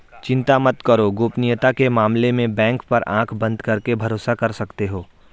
चिंता मत करो, गोपनीयता के मामले में बैंक पर आँख बंद करके भरोसा कर सकते हो